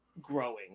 growing